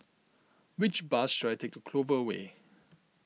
which bus should I take to Clover Way